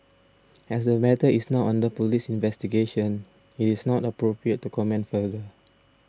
as the matter is now under police investigation it is not appropriate to comment further